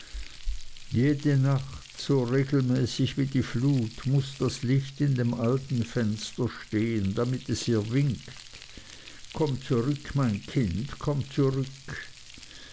jede nacht so regelmäßig wie die flut muß das licht in dem alten fenster stehen damit es ihr winkt komm zurück mein kind komm zurück